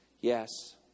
Yes